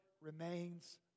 remains